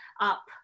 up